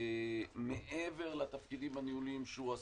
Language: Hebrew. וזה מעבר לתפקידים הניהוליים שהוא עשה.